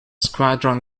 squadron